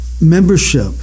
membership